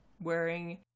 wearing